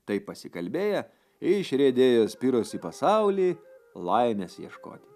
taip pasikalbėję išriedėjo spiros į pasaulį laimės ieškoti